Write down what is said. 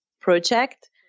project